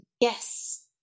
Yes